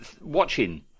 watching